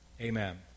Amen